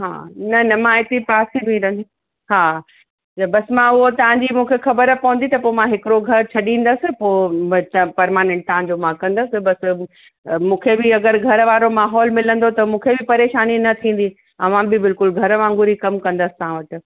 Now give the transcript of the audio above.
हा न न मां हिते पासे में ई रहंदी हा त बस मां उहो तव्हांजी मूंखे ख़बरु पवंदी त पोइ मां हिकिड़ो घरु छॾींदसि पोइ बसि त परमानेंट तव्हांजो मां कंदसि बसि मूंखे बि अगरि घर वारो माहौल मिलंदो त मूंखे बि परेशानी न थींदी ऐं मां बि बिल्कुल घरु वांगुरु ई कमु कंदसि तव्हां वटि